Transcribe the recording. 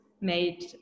made